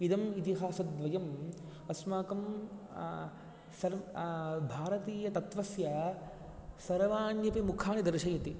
इदम् इतिहासद्वयम् अस्माकं सर्व् भारतीयतत्त्वस्य सर्वाण्यपि मुखानि दर्शयति